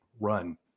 run